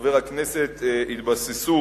חבר הכנסת התבססו